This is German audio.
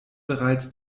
bereits